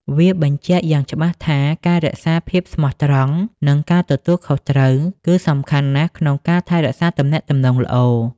វាបញ្ជាក់យ៉ាងច្បាស់ថា ការរក្សាភាពស្មោះត្រង់ និងការទទួលខុសត្រូវ គឺសំខាន់ណាស់ក្នុងការថែរក្សាទំនាក់ទំនងល្អ។